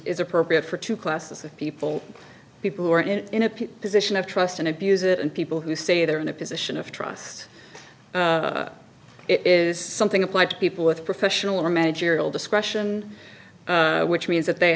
is appropriate for two classes of people people who are in a position of trust and abuse it and people who say they're in a position of trust is something applied to people with professional or managerial discretion which means that they